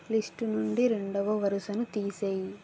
list నుండి రెండవ వరుసను తీసేయి